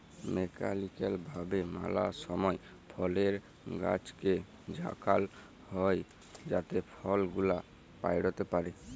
mechanical ভাবে ম্যালা সময় ফলের গাছকে ঝাঁকাল হই যাতে ফল গুলা পইড়তে পারে